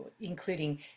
including